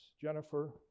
Jennifer